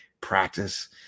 practice